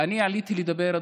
אני עליתי לדבר,